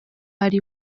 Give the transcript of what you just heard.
ari